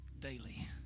Daily